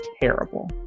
terrible